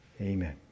Amen